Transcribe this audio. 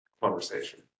conversation